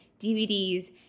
DVDs